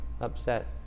upset